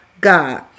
God